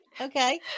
Okay